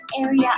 area